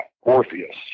Orpheus